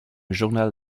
journal